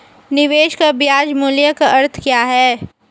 निवेश के ब्याज मूल्य का अर्थ क्या है?